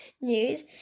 news